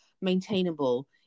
maintainable